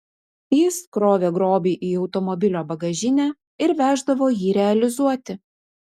jis krovė grobį į automobilio bagažinę ir veždavo jį realizuoti